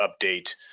update